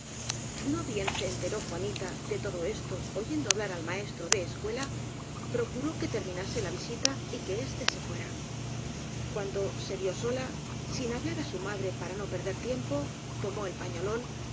no bien se enteró juanita de todo esto oyendo hablar al maestro de escuela procuró que termina se la visita y que éste se fuera cuando se vió sola sin hablar á su madre para no perder tiempo tomó el pañolón